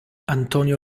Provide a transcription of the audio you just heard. antonio